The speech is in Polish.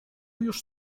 już